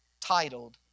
titled